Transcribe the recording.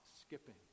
skipping